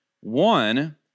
One